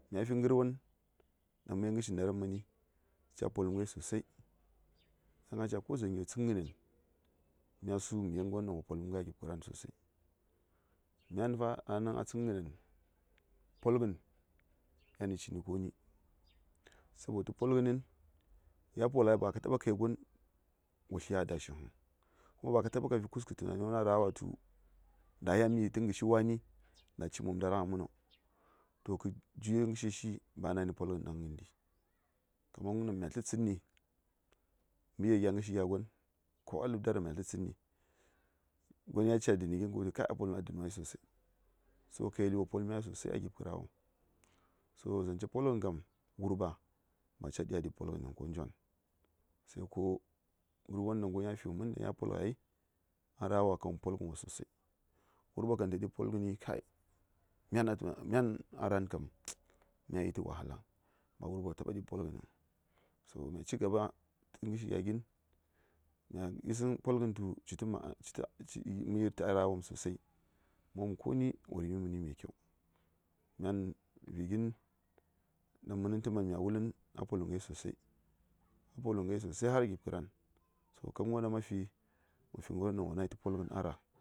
Myafi ngɚr won dang mɚ yel ngɚrshi ndaram mani ca polɚm ngai sosai yan a ca ko dzangyo tsɚngɚnan mya su mɚ yet ngɚrwon dang wo polɚm ngai sosai. Myan fa dang nɚn a tsɚngɚ nan polgɚn yan ci nɚ koni sabotu polgɚnɚn, ya polgɚ ngai ba ka taɓa ka yel gon wo tliɚ a dashing. o polgɚn de myan a tunanen tu wurɓa ba wo ɠya ɠib polgɚnɚn sabotu nɚ ngvrwon dang Saiya figɚ ngɚrwon mɚn ka kɚ polgɚn inda wo polgɚ ngai sosai. Kyan ma gərwon ɗaŋ mya su tə kyan ɗaŋni, ko yan nə ni ɗa wo fare, ko yan nə ni, ko ya man tu wo votkəi, nyol a ga:tə dəni mən, sli: ŋaghəni, gətə ɗa dəni. Don kya na̱ ɗa dəni, ka yel kyan ga'rwawo fu:ghai.